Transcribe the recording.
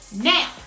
Now